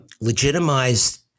legitimized